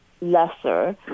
lesser